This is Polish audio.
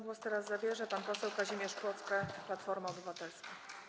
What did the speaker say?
Głos zabierze pan poseł Kazimierz Plocke, Platforma Obywatelska.